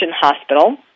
Hospital